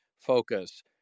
focus